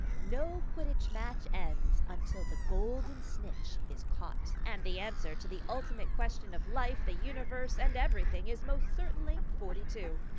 no quidditch match ends until the golden snitch is caught. and the answer to the ultimate question of life, the universe, and everything is most certainly forty two.